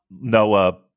Noah